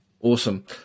Awesome